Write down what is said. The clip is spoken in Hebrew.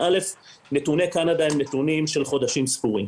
נתוני קנדה הם נתונים של חודשים ספורים.